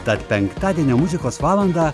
tad penktadienio muzikos valandą